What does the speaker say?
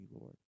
Lord